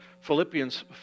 Philippians